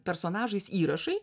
personažais įrašai